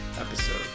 episode